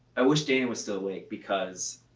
i wish dana was still awake because.